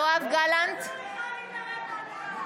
אסור לך להתערב בהצבעה.